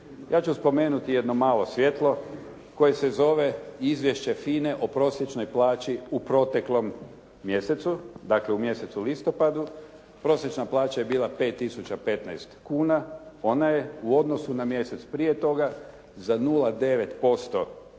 Ja ću spomenuti jedno malo svjetlo koje se zove izvješće FINA-e o prosječnoj plaći u proteklom mjesecu, dakle u mjesecu listopadu. Prosječna plaća je bila 5.015,00 kuna, ona je u odnosu na mjesec prije toga za 0,9% veća